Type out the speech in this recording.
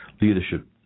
Leadership